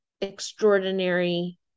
extraordinary